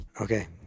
okay